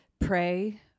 pray